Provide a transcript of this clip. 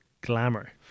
Glamour